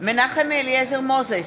מנחם אליעזר מוזס,